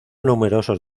numerosos